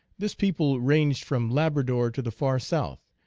this people ranged from labrador to the far south,